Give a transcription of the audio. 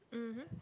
mmhmm